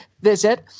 visit